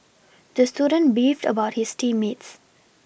the student beefed about his team mates